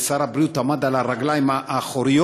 שר הבריאות עמד על הרגליים האחוריות,